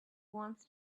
wants